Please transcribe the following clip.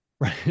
Right